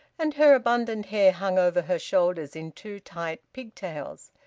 and her abundant hair hung over her shoulders in two tight pigtails.